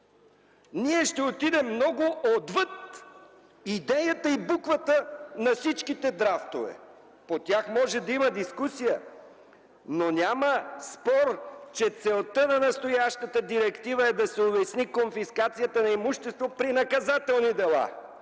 ние ще отидем много отвъд идеята и буквата на всичките драфтове. По тях може да има дискусия, но няма спор, че целта на настоящата директива е да се улесни конфискацията на имущество при наказателни дела